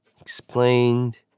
explained